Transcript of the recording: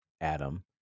Adam